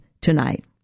tonight